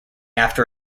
after